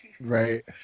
Right